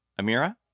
Amira